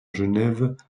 genève